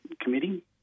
Committee